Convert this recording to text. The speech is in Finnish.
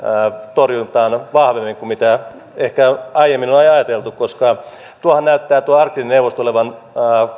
torjuntaan vahvemmin kuin ehkä aiemmin on ajateltu koska tuo arktinen neuvostohan näyttää olevan